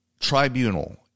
tribunal